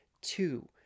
Two